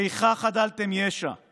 איכה חדלתם ישע /